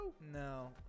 No